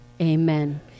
amen